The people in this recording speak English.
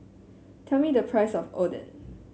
tell me the price of Oden